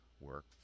work